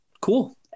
cool